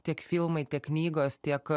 tiek filmai tiek knygos tiek